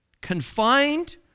confined